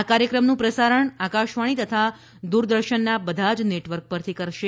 આ કાર્યક્રમનું પ્રસારણ આકાશવાણી તથા દૂરદર્શનના બધા જ નેટવર્ક પરથી કરશે